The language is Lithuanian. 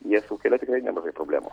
jie sukelia tikrai nemažai problemų